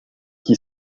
qui